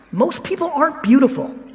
most people aren't beautiful,